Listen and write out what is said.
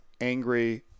angry